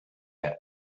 had